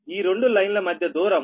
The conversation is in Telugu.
ఈ రెండు లైన్ల మధ్య దూరం 1